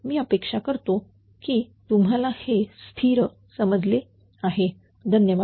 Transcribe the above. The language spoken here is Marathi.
मी अपेक्षा करतो की तुम्हाला हे स्थिर समजले आहे धन्यवाद